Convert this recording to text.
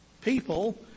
people